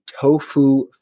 tofu